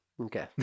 Okay